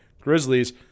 Grizzlies